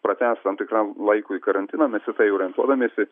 pratęs tam tikram laikui karantiną mes į tai orientuodamiesi